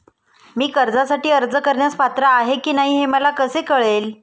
मी कर्जासाठी अर्ज करण्यास पात्र आहे की नाही हे मला कसे कळेल?